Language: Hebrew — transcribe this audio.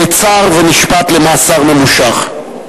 נעצר ונשפט למאסר ממושך.